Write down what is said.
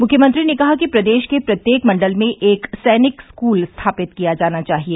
मुख्यमंत्री ने कहा कि प्रदेश के प्रत्येक मंडल में एक सैनिक स्कूल स्थापित किया जाना चाहिए